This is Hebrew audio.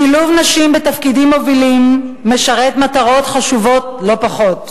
שילוב נשים בתפקידים מובילים משרת מטרות חשובות לא פחות.